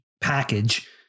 package